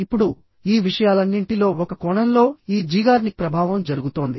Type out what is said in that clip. ఇప్పుడు ఈ విషయాలన్నింటిలో ఒక కోణంలో ఈ జీగార్నిక్ ప్రభావం జరుగుతోంది